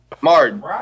Martin